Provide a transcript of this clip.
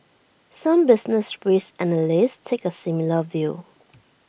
some business risk analysts take A similar view